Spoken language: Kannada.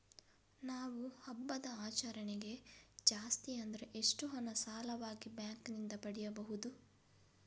ನಾವು ಹಬ್ಬದ ಆಚರಣೆಗೆ ಜಾಸ್ತಿ ಅಂದ್ರೆ ಎಷ್ಟು ಹಣ ಸಾಲವಾಗಿ ಬ್ಯಾಂಕ್ ನಿಂದ ಪಡೆಯಬಹುದು?